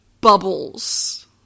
bubbles